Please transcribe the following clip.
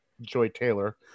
Joy-Taylor